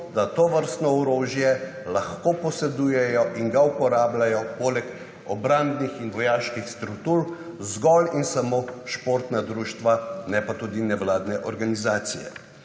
da tovrstno orožje lahko posedujejo in ga uporabljajo poleg obrambnih in vojaških struktur zgolj in samo športna društva ne pa tudi nevladne organizacije.